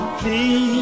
please